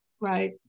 Right